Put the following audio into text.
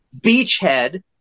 beachhead